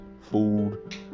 food